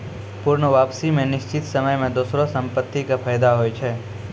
पूर्ण वापसी मे निश्चित समय मे दोसरो संपत्ति के फायदा होय छै